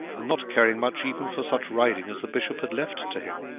and not caring much even for such riding as the bishop had left to him.